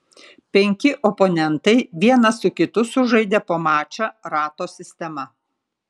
penki oponentai vienas su kitu sužaidė po mačą rato sistema